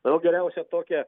o geriausia tokią